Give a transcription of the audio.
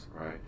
right